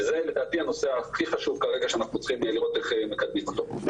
זה לדעתי הנושא הכי חשוב כרגע שאנחנו צריכים לראות איך מקדמים אותו.